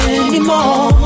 anymore